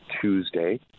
Tuesday